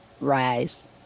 rise